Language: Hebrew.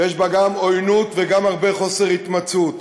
שיש בה גם עוינות וגם הרבה חוסר התמצאות.